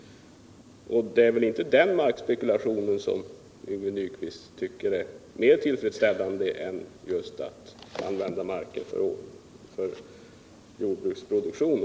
Men det är väl inte den markspekulationen som Yngve Nyquist tycker är mer tillfredsställande än att man använder marken för jordbruksproduktion.